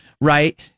right